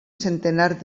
centenar